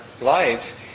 lives